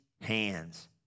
hands